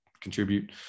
contribute